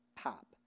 Pop